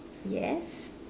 yes